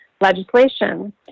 legislation